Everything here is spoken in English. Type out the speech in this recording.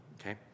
okay